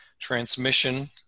transmission